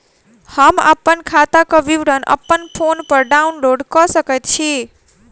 हम अप्पन खाताक विवरण अप्पन फोन पर डाउनलोड कऽ सकैत छी?